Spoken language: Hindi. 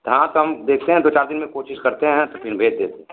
हाँ तो हम देखते हैं दो चार दिन में कोशिश करते हैं तो फिर हम भेज देते हैं